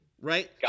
Right